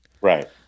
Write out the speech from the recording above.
Right